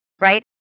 right